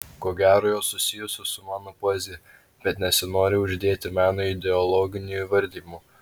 ko gero jos susijusios su mano poezija bet nesinori uždėti menui ideologinių įvardijimų